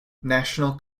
national